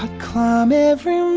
climb every